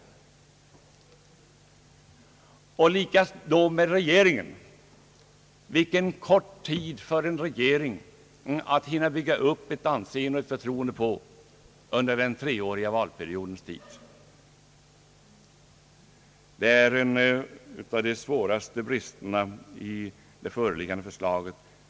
Samma förhållande gäller regeringen. Vilken kort tid det blir för en regering att hinna bygga upp ett förtroende på! Dessa korta valperioder är en av de svåraste bristerna i det föreliggande förslaget.